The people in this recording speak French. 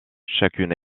chacune